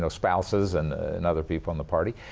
so spouses and and other people in the party.